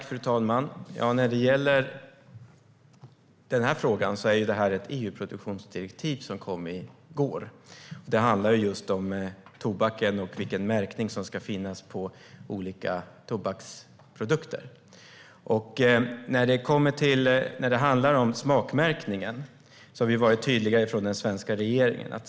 Fru talman! Den här frågan gäller ett EU-produktionsdirektiv som kom i går. Det handlar om tobaken och vilken märkning som ska finnas på olika tobaksprodukter. När det handlar om smakmärkningen har vi varit tydliga från den svenska regeringen.